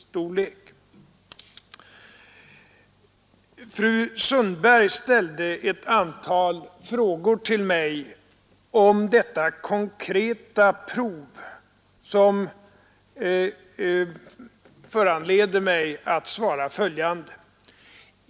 Beträffande det konkreta prov som vi här diskuterar ställde fru Sundberg ett antal frågor till mig, som föranleder mig att svara följande.